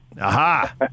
Aha